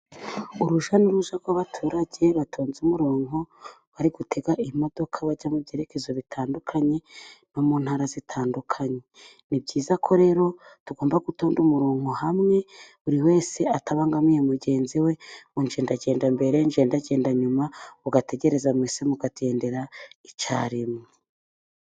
Urujya n'uruza rw'abaturage batonze umurongo, bari gutega imodoka bajya mu byerekezo bitandukanye no mu ntara zitandukanye. Ni byiza ko rero tugomba gutonda umurongo hamwe, buri wese atabangamiye mugenzi we, ngo njye ndagenda mbere, njye ndagenda nyuma, ugategereza mwese mukagendera icyarimwe.